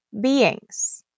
beings